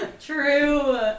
True